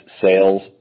sales